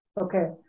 Okay